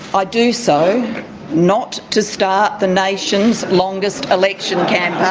i do so not to start the nation's longest election campaign,